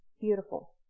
beautiful